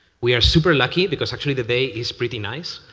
we are super lucky because actually today is pretty nice.